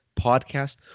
Podcast